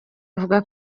avuga